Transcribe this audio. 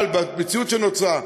אבל במציאות שנוצרה,